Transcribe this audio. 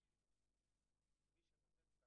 לשלול,